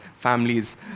families